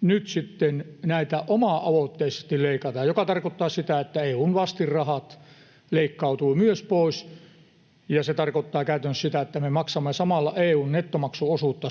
nyt sitten näitä oma-aloitteisesti leikataan, mikä tarkoittaa sitä, että EU:n vastinrahat leikkautuvat myös pois, ja se tarkoittaa käytännössä, että me maksamme suurempaa EU:n nettomaksuosuutta